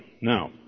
Now